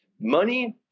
Money